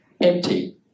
empty